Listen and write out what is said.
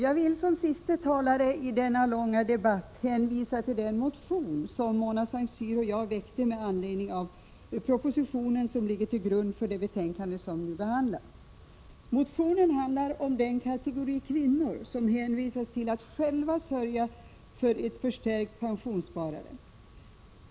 Herr talman! Jag vill hänvisa till den motion som Mona Saint Cyr och jag väckte med anledning av den proposition som ligger till grund för det betänkande som nu behandlas. Motionen handlar om den kategori kvinnor som hänvisas till att själva sörja för ett förstärkt pensionssparande.